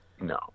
no